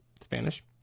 Spanish